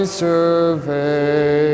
survey